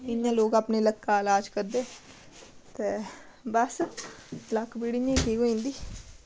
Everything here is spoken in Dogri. इ'यां लोक अपने लक्का दा इलाज करदे ते बस लक्क पीड़ इ'यां बी ठीक होई जंदी